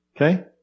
Okay